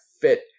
fit